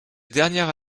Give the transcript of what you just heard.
dernière